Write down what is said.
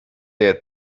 der